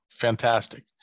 fantastic